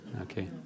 Okay